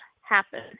happen